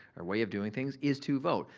our way of doing things is to vote,